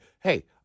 hey